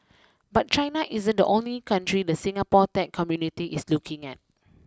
but China isn't the only country the Singapore tech community is looking at